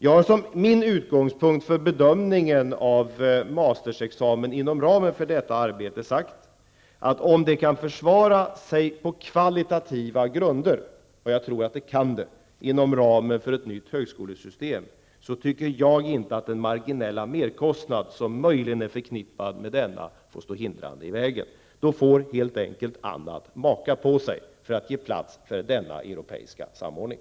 Jag har som min utgångspunkt för bedömningen av mastersexamen inom ramen för detta arbete sagt, att om det kan försvara sig på kvalitativa grunder -- och jag tror att det kan det -- inom ramen för ett nytt högskolesystem får den marginella merkostnad som möjligen är förknippad med detta inte stå hindrande i vägen. Det får helt enkelt maka på sig för att få plats åt denna europeiska samordning.